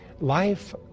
life